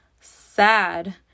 sad